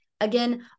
again